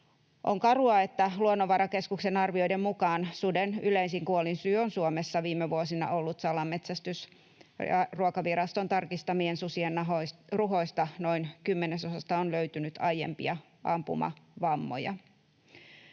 On karua, että Luonnonvarakeskuksen arvioiden mukaan suden yleisin kuolinsyy on Suomessa viime vuosina ollut salametsästys, ja Ruokaviraston tarkistamista susien ruhoista noin kymmenesosasta on löytynyt aiempia ampumavammoja.